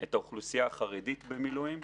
את האוכלוסייה החרדית במילואים.